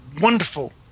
wonderful